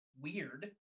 weird